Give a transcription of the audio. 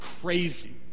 crazy